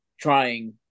trying